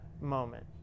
moment